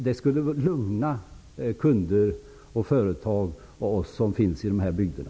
Det skulle lugna oss kunder och företag i de här bygderna.